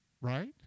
Right